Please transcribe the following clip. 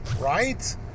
right